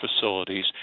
facilities